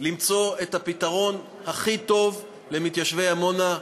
למצוא את הפתרון הכי טוב למתיישבי עמונה.